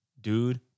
dude